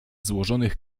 złożonych